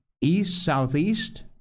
east-southeast